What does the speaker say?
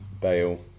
Bale